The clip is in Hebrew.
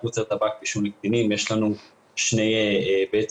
מוצרי טבק ועישון לקטינים יש לנו שתי דרכים,